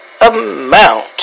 amount